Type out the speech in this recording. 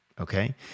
okay